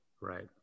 Right